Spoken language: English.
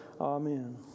Amen